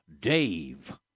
Dave